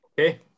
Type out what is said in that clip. Okay